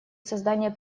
создание